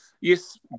Yes